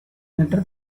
later